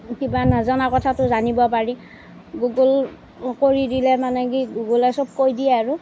কিবা নজনা কথাটো জানিব পাৰি গুগল কৰি দিলে মানে কি গুগলে চব কৈ দিয়ে আৰু